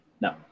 No